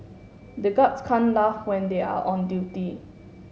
the guards can't laugh when they are on duty